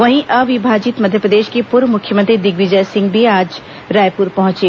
वहीं अविभाजित मध्यप्रदेश के पूर्व मुख्यमंत्री दिग्विजय सिंह भी आज रायपुर पहुंचे